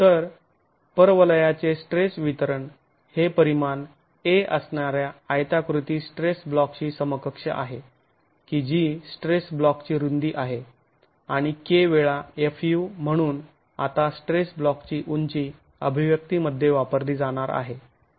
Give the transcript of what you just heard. तर परवलयाचे स्ट्रेस वितरण हे परिमाण a असणाऱ्या आयताकृती स्ट्रेस ब्लॉकशी समकक्ष आहे की जी स्ट्रेस ब्लॉकची रुंदी आहे आणि k वेळा fu म्हणून आता स्ट्रेस ब्लॉकची उंची अभिव्यक्ती मध्ये वापरली जाणार आहे